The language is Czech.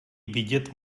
vidět